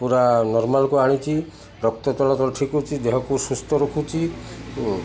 ପୁରା ନର୍ମାଲ୍କୁ ଆଣିଛି ରକ୍ତ ଚଳାଚଳ ଠିକ୍ ଅଛି ଦେହକୁ ସୁସ୍ଥ ରଖୁଛି ଓ